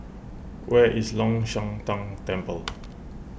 where is Long Shan Tang Temple